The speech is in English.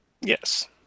Yes